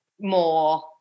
more